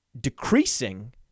decreasing